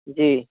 जी